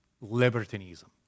libertinism